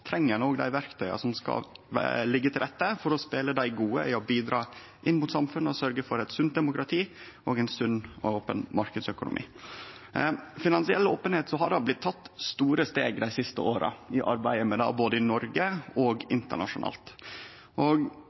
og då treng ein dei verktøya som skal leggje til rette for å spele dei gode i å bidra inn mot samfunnet og sørgje for eit sunt demokrati og ein sunn og open marknadsøkonomi. Når det gjeld finansiell openheit, har det blitt teke store steg dei siste åra i arbeidet med det både i Noreg og internasjonalt.